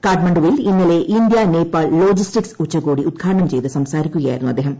കാഠ്മണ്ഡുവിൽ ഇന്നലെ India Nepal logistics ഉച്ചകോടി ഉദ്ഘാടനം ചെയ്ത് സംസാരിക്കുകയായിരുന്നു അദ്ദേഹം